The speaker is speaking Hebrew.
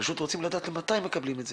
ופשוט רוצים לדעת מתי הם מקבלים את זה.